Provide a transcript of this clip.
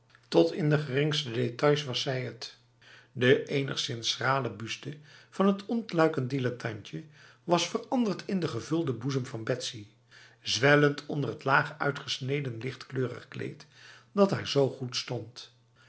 tot in de geringste details was zij het de enigszins schrale buste van het ontluikend dilettantje was veranderd in de gevulde boezem van betsy zwellend onder het laag uitgesneden lichtkleurig kleed dat haar zo goed stond